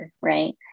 right